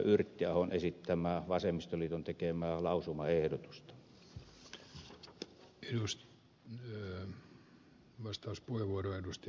yrttiahon esittämää vasemmistoliiton tekemää lausumaehdotusta